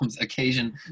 occasion